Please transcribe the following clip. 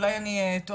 אולי אני טועה,